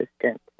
assistant